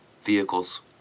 Vehicles